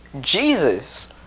Jesus